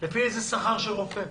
לפי איזה שכר של רופא?